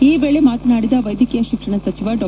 ಈ ವೇಳೆ ಮಾತನಾಡಿದ ವೈದ್ಯಕೀಯ ಶಿಕ್ಷಣ ಸಚಿವ ಡಾ